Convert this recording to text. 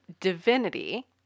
Divinity